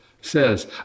says